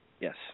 Yes